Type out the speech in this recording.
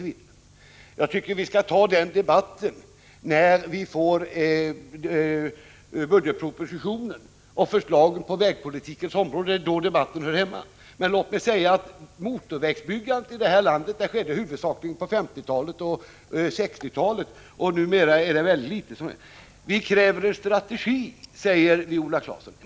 Men jag tycker att vi skall föra den debatten när budgetpropositionen med förslag på vägpolitikens område har kommit. Motorvägsbyggandet i detta land skedde huvudsakligen på 1950 och 1960-talen. Numera byggs det ganska litet. Vi kräver en strategi, säger Viola Claesson.